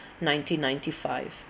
1995